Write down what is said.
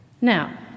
Now